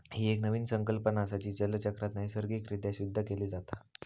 ही एक नवीन संकल्पना असा, जी जलचक्रात नैसर्गिक रित्या शुद्ध केली जाता